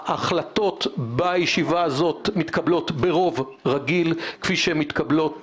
ההחלטות בישיבה הזו מתקבלות ברוב רגיל כפי שהן מתקבלות